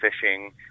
fishing